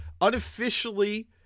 Unofficially